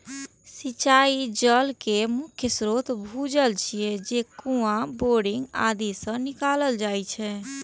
सिंचाइ जल केर मुख्य स्रोत भूजल छियै, जे कुआं, बोरिंग आदि सं निकालल जाइ छै